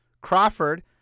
Crawford